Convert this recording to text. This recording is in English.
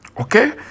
Okay